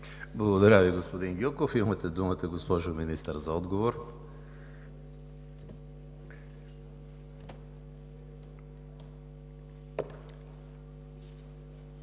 Благодаря Ви, господин Гьоков. Имате думата, госпожо Министър, за отговор.